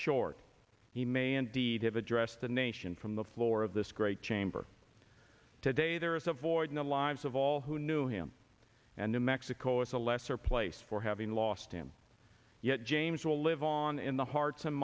short he may indeed have addressed the nation from the floor of this great chamber today there is a void in the lives of all who knew him and new mexico is a lesser place for having lost him yet james will live on in the hearts and